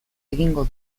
egingo